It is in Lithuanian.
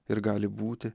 ir gali būti